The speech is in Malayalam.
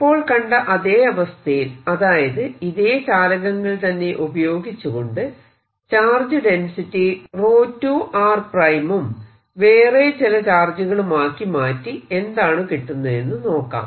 ഇപ്പോൾ കണ്ട അതെ അവസ്ഥയിൽ അതായത് ഇതേ ചാലകങ്ങൾ തന്നെ ഉപയോഗിച്ചുകൊണ്ട് ചാർജ് ഡെൻസിറ്റി 2 r ഉം വേറെ ചില ചാർജുകളുമാക്കി മാറ്റി എന്താണ് കിട്ടുന്നതെന്നു നോക്കാം